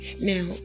Now